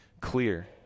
clear